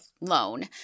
loan